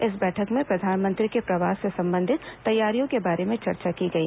इस बैठक में प्रधानमंत्री के प्रवास से संबंधित तैयारियों के बारे में चर्चा की गई